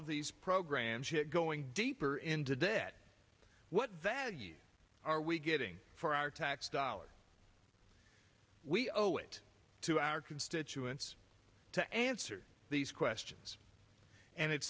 of these programs going deeper into debt what are we getting for our tax dollars we owe it to our constituents to answer these questions and it